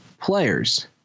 Players